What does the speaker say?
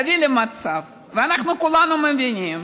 להביא למצב, ואנחנו כולנו מבינים